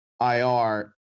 IR